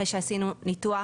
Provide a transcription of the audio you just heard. אחרי שעשינו ניתוח,